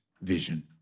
vision